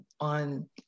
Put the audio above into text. on